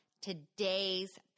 today's